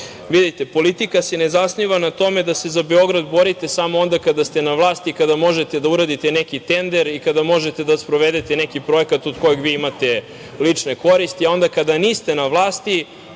podrške. Vidite, politika se zasniva na tome da se za Beograd borite samo onda kada ste na vlasti i kada možete da uradite neki tender i kada možete da sprovedete neki projekat od kojih vi imate lične koristi, a onda kada niste na vlasti